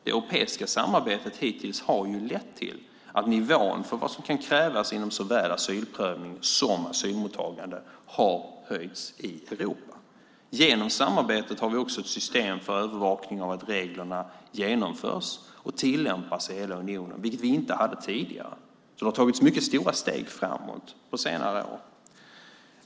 Det europeiska samarbetet hittills har lett till att nivån för vad som kan krävas inom såväl asylprövning som asylmottagande har höjts i Europa. Genom samarbetet har vi också ett system för övervakning av att reglerna genomförs och tillämpas i hela unionen, vilket vi inte hade tidigare. Det har tagits mycket stora steg framåt på senare år.